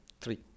three